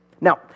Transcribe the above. Now